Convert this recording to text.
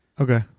Okay